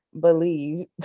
believe